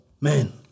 Man